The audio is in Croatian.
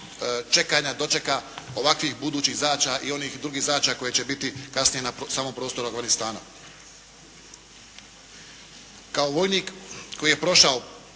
čekanja, dočeka ovakvih i budućih zadaća i onih drugih zadaća koje će biti kasnije na samom prostoru Afganistana. Kao vojnik koji je prošao